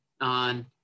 on